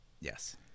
Yes